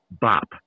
bop